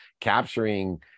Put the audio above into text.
capturing